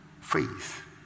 faith